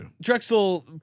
Drexel